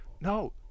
No